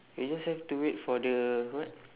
we just have to wait for the what